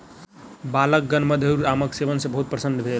बालकगण मधुर आमक सेवन सॅ बहुत प्रसन्न भेल